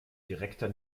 direkter